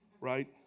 right